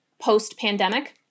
post-pandemic